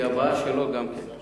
כי הבאה גם היא שלו.